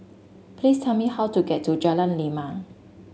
please tell me how to get to Jalan Lima